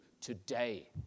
today